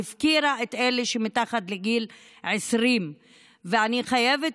והפקירה את אלה שמתחת לגיל 20. אני חייבת